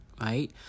right